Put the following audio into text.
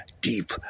deep